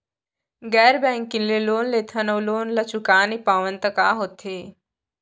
गैर बैंकिंग ले लोन लेथन अऊ लोन ल चुका नहीं पावन त का होथे?